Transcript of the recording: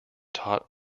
taught